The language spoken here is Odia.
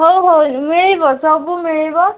ହଉ ହଉ ମିଳିବ ସବୁ ମିଳିବ